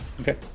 okay